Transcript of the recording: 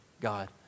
God